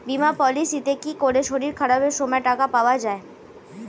বীমা পলিসিতে কি করে শরীর খারাপ সময় টাকা পাওয়া যায়?